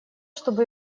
чтобы